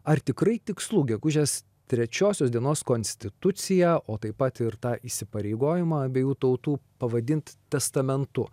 ar tikrai tikslu gegužės trečiosios dienos konstituciją o taip pat ir tą įsipareigojimą abiejų tautų pavadint testamentu